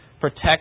protect